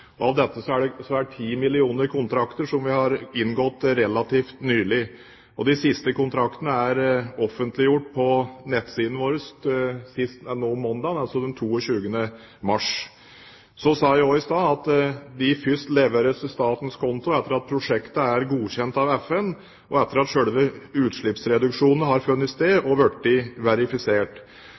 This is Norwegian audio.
2010. Av dette er 10 millioner kontrakter som vi har inngått relativt nylig, og de siste kontraktene er offentliggjort på nettsidene våre sist mandag, altså 22. mars. Så sa jeg også i stad at de først leveres til statens konto etter at prosjektet er godkjent av FN, og etter at selve utslippsreduksjonen har funnet sted og er blitt verifisert.